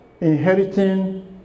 inheriting